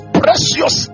precious